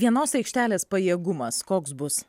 vienos aikštelės pajėgumas koks bus